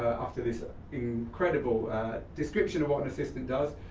after this ah incredible description of what an assistant does.